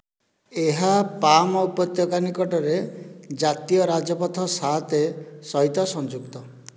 ଏହା ପାମ୍ ଉପତ୍ୟକା ନିକଟରେ ଜାତୀୟ ରାଜପଥ ସାତ ସହିତ ସଂଯୁକ୍ତ